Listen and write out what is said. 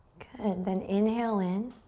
and then inhale in.